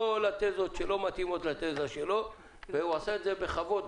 התזות שלא מתאימות לתזה שלו והוא עשה את זה בכבוד,